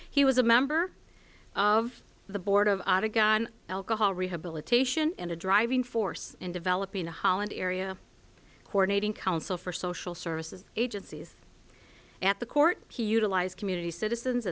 he was a member of the board of alcohol rehabilitation and a driving force in developing the holland area coordinating council for social services agencies at the court he utilized community citizens